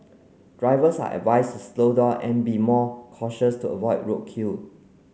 drivers are advised to slow down and be more cautious to avoid roadkill